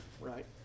right